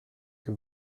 que